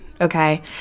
okay